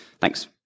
Thanks